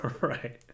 Right